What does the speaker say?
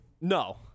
No